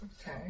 Okay